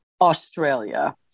Australia